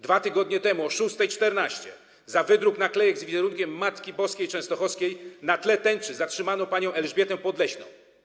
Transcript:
2 tygodnie temu o godz. 6.14 za wydruk naklejek z wizerunkiem Matki Boskiej Częstochowskiej na tle tęczy zatrzymano panią Elżbietę Podleśną.